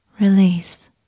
Release